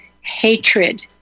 hatred